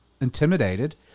intimidated